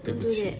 don't do that